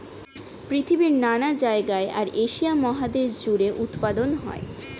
পৃথিবীর নানা জায়গায় আর এশিয়া মহাদেশ জুড়ে উৎপাদন হয়